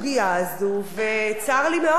וצר לי מאוד שזה היחס.